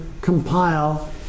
compile